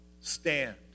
stand